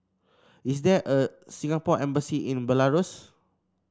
is there a Singapore Embassy in Belarus